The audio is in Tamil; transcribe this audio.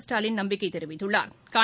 ஸ்டாலின் நம்பிக்கை தெரிவித்துள்ளாா்